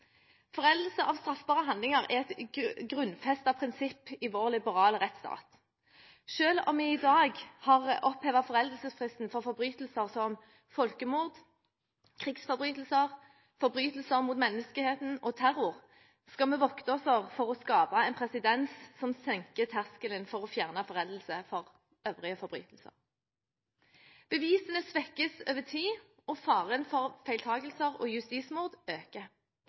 Foreldelse av straffbare handlinger er et grunnfestet prinsipp i vår liberale rettsstat. Selv om vi i dag har opphevet foreldelsesfristen for forbrytelser som folkemord, krigsforbrytelser, forbrytelser mot menneskeheten og terror, skal vi vokte oss for å skape en presedens som senker terskelen for å fjerne foreldelse for øvrige forbrytelser. Bevisene svekkes over tid, og faren for feiltakelser og justismord øker.